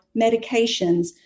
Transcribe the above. medications